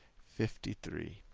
fifty three.